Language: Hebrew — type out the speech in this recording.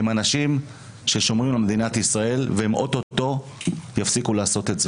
הם אנשים ששומרים על מדינת ישראל והם אוטוטו יפסיקו לעשות את זה.